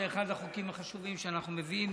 זה אחד החוקים החשובים שאנחנו מביאים,